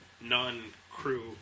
non-crew